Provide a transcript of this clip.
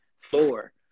floor